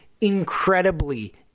incredibly